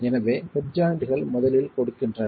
எனவே ஹெட் ஜாய்ண்ட்கள் முதலில் கொடுக்கின்றன